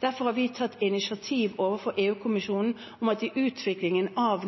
Derfor har vi tatt initiativ overfor EU-kommisjonen om at i utviklingen av